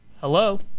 Hello